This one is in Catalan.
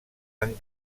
han